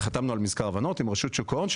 וחתמנו עם רשות שוק ההון על מזכר הבנות,